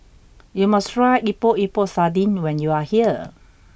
you must try Epok Epok Sardin when you are here